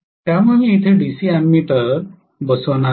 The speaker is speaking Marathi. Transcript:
त्यामुळे मी इथे डीसी अॅमीटर बसवणार आहे